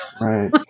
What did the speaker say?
Right